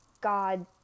God